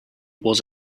was